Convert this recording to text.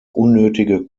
unnötige